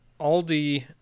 Aldi